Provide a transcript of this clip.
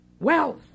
wealth